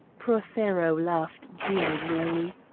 prothero laughed jeeringly.